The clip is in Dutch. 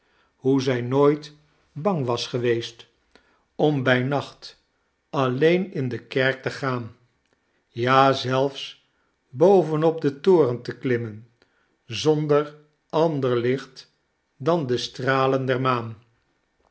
hoe zij nooit bang was geweest om bij nacht alleen in de kerk te gaan ja zelfs boven op den toren te klimmen zonder ander licht dan de stralen der maan